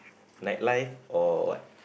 night life or what